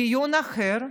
בדיון אחר,